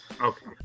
okay